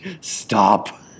stop